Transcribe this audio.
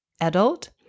adult